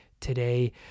today